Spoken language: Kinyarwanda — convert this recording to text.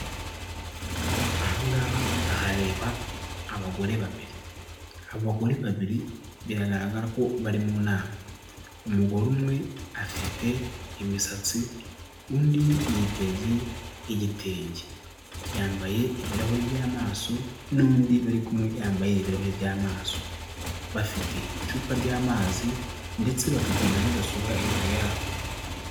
Ahangaha ndahareba abagore babiri, abagore babiri biragaragara ko bari mu nama umugore umwe afite imisatsi undi yiteze igitenge, yambaye ibirahuri by'amaso n'undi bari kumwe yambaye ibirahuri by'amaso bafite icupa ry'amazi ndetse bafite na mudasobwa imbere yabo.